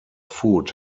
food